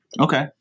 Okay